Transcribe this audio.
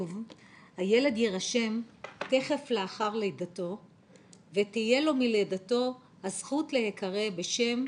'הילד יירשם תיכף לאחר לידתו ותהיה לו מלידתו הזכות להיקרא בשם,